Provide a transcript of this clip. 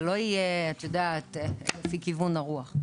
זה לא יהיה, את יודעת, לפי כיוון הרוח.